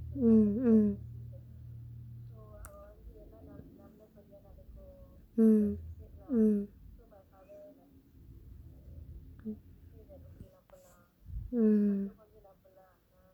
mm mm mm mm